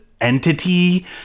Entity